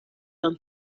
and